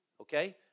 Okay